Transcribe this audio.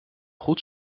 goed